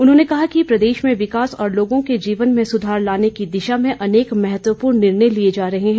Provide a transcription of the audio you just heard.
उन्होंने कहा कि प्रदेश में विकास और लोगों के जीवन में सुधार लाने की दिशा में अनेक महत्वपूर्ण निर्णय लिए जा रहे हैं